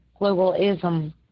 globalism